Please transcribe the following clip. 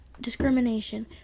discrimination